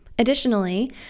Additionally